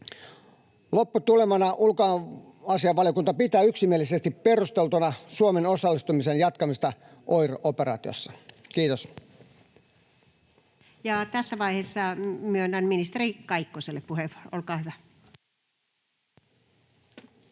Lopputulemana ulkoasiainvaliokunta pitää yksimielisesti perusteltuna Suomen osallistumisen jatkamista OIR-operaatiossa. — Kiitos. Ja tässä vaiheessa myönnän ministeri Kaikkoselle puheenvuoron. — Olkaa hyvä.